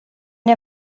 dir